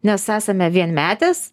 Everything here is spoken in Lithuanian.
nes esame vienmetės